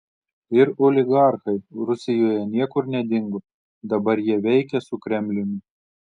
ir oligarchai rusijoje niekur nedingo dabar jie veikia su kremliumi